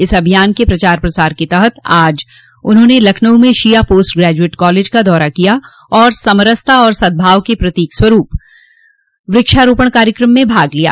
इस अभियान के प्रचार प्रसार के तहत आज उन्होंने लखनऊ में शिया पोस्ट ग्रेजुएट कॉलेज का दौरा किया और समरसता तथा सद्भाव के प्रतीक के रूप में व्रक्षारोपण कार्यक्रम में भाग लिया